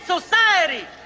society